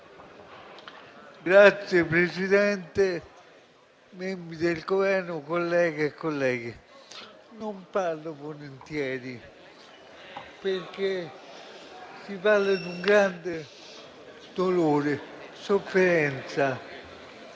Signor Presidente, membri del Governo, colleghe e colleghi, non parlo volentieri, perché si parla di un grande dolore e di una